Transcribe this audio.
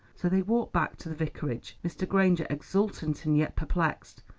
so they walked back to the vicarage, mr. granger exultant and yet perplexed,